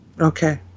Okay